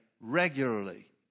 regularly